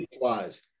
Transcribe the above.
wise